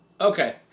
okay